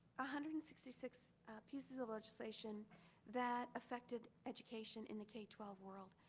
ah hundred and sixty six pieces of legislation that affected education in the k twelve world.